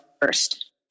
first